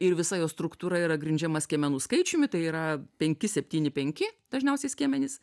ir visa jo struktūra yra grindžiama skiemenų skaičiumi tai yra penki septyni penki dažniausiai skiemenys